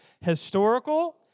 Historical